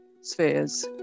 spheres